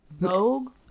vogue